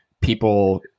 people